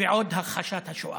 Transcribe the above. ועוד הכחשות השואה.